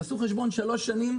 תעשו חשבון של שלוש שנים,